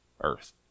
earth